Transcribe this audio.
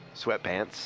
Sweatpants